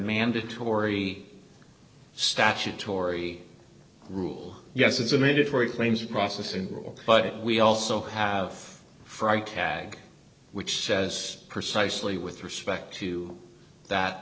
mandatory statutory rule yes it's a mandatory claims process and rule but we also have fry cag which says precisely with respect to that